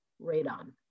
radon